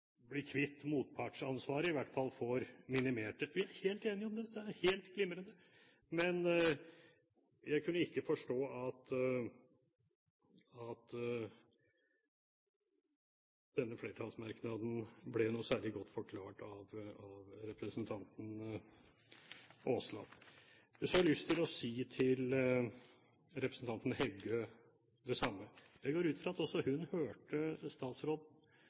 blir kvitt motpartsansvaret, i hvert fall får minimert det. Vi er helt enige om det. Det er helt glimrende, men jeg kan ikke forstå at denne flertallsmerknaden ble noe særlig godt forklart av representanten Aasland. Så har jeg lyst til å si det samme til representanten Heggø. Jeg går ut fra at også hun hørte statsråden